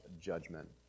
judgment